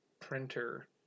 printer